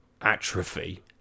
atrophy